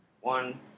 One